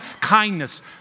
kindness